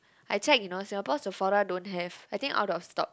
I check you know Singapore Sephora don't have I think out of stock